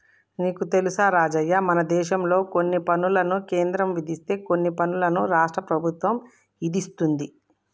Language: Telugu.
నీకు తెలుసా రాజయ్య మనదేశంలో కొన్ని పనులను కేంద్రం విధిస్తే కొన్ని పనులను రాష్ట్ర ప్రభుత్వం ఇదిస్తుంది